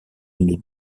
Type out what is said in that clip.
une